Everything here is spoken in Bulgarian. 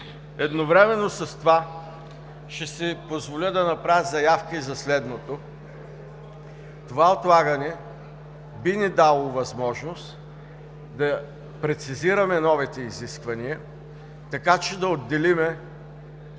Едновременно с това ще си позволя да направя заявка за следното. Това отлагане би ни дало възможност да прецизираме новите изисквания, така че да отделим